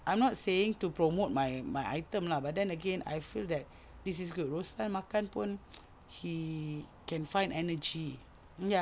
I'm not saying to promote my my item lah but then again I feel that this is good Roslan makan pun he can find energy ya